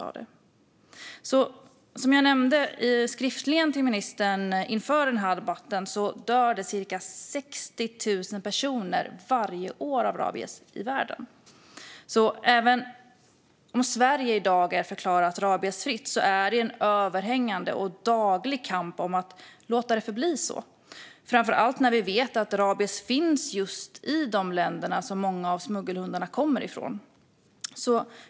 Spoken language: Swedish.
Och som jag nämnde i interpellationen dör cirka 60 000 personer i världen av rabies varje år. Även om Sverige i dag är förklarat rabiesfritt måste vi föra en daglig kamp för att låta det förbli så, framför allt eftersom vi vet att rabies finns i många av de länder som många av smuggelhundarna kommer från.